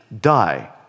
die